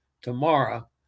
tomorrow